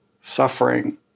suffering